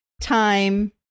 time